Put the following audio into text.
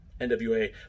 nwa